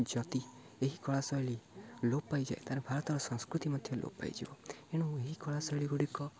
ଯଦି ଏହି କଳା ଶୈଳୀ ଲୋପ୍ ପାଇଯାଏ ତା'ହେଲେ ଭାରତର ସଂସ୍କୃତି ମଧ୍ୟ ଲୋପ୍ ପାଇଯିବ ଏଣୁ ଏହି କଳା ଶୈଳୀ ଗୁଡ଼ିକ